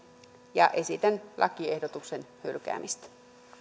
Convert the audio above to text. ja esitän lakiehdotuksen hylkäämistä